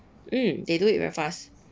mm they do it very fast